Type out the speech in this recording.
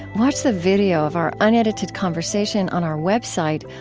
watch the video of our unedited conversation on our website,